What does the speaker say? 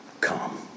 Come